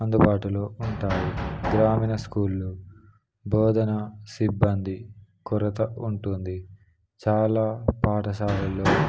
అందుబాటులో ఉంటాయి గ్రామీణ స్కూలులో బోధన సిబ్బంది కొరత ఉంటుంది చాలా పాఠశాలలో